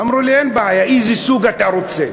אמרו לי: אין בעיה, איזה סוג אתה רוצה?